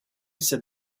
said